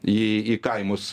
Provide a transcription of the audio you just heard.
į į kaimus